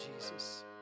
Jesus